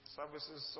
services